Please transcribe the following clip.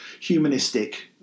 Humanistic